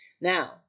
Now